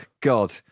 God